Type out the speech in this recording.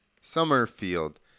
Summerfield